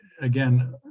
again